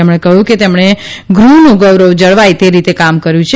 તેમણે કહ્યું કે તેમણે ગૃહનું ગૌરવ જળવાય તે રીતે કામ કર્યું છે